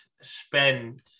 spend